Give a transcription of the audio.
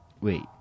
wait